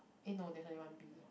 eh no there is only one B